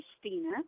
Christina